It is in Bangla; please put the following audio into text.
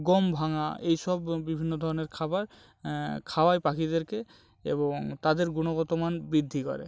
গম ভাঙা এই সব বিভিন্ন ধরনের খাবার খাওয়ায় পাখিদেরকে এবং তাদের গুণগত মান বৃদ্ধি করে